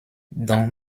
dans